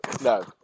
No